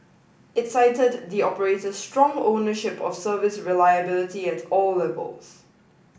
it cited the operator's strong ownership of service reliability at all levels